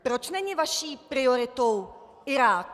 Proč není vaší prioritou Irák?